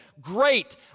great